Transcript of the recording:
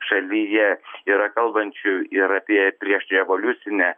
šalyje yra kalbančių ir apie priešrevoliucinę